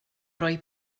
roi